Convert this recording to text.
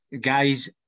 guys